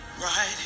Right